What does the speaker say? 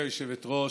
גברתי היושבת-ראש,